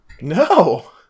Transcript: no